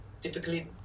typically